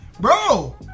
bro